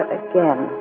again